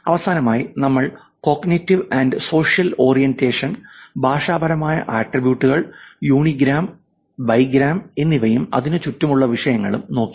അവസാനമായി നമ്മൾ cognitive and social orientation ഭാഷാപരമായ ആട്രിബ്യൂട്ടുകൾ യൂണിഗ്രാം ബിഗ്രാം എന്നിവയും അതിനു ചുറ്റുമുള്ള വിഷയങ്ങളും നോക്കി